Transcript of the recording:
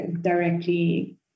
directly